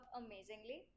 amazingly